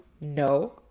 No